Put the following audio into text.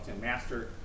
master